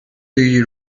you